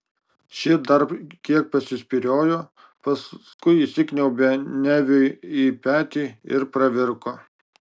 ši dar kiek pasispyriojo paskui įsikniaubė neviui į petį ir pravirko